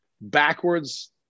backwards